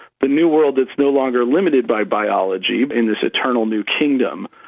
but new world that's no longer limited by biology, in this eternal new kingdom,